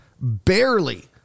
barely